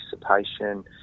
participation